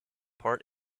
part